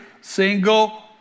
single